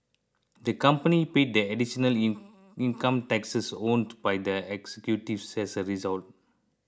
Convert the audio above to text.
the company paid the additional in income taxes owed by the executives as a result